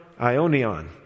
ionion